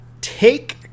Take